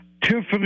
Tiffany